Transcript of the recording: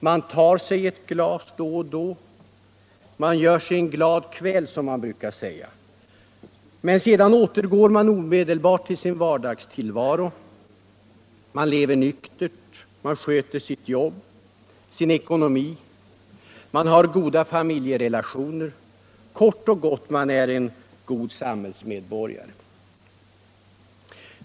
Man tar sig ett glas då och då — man gör sig en glad kväll, som man brukar säga — men sedan återgår man omedelbart till sin vardagstillvaro — man lever nyktert — man sköter sitt jobb, sin ekonomi — man har goda fa miljerelationer — kort och gott man är en god samhällsmedborgare.